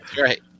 Right